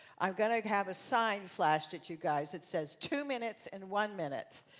i'm going to have a sign flashed at you guys that says two minutes and one minute.